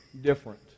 different